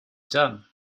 done